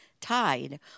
tied